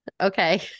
Okay